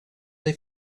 they